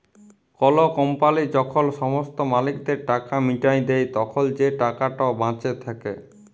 call company যখল সমস্ত মালিকদের টাকা মিটাঁয় দেই, তখল যে টাকাট বাঁচে থ্যাকে